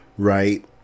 right